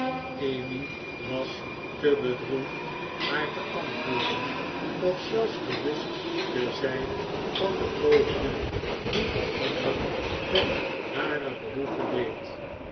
emmy was te bedroefd haar te antwoorden of zelfs bewust te zijn van de pogingen die de ander ten haren behoeve deed